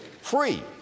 free